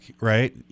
right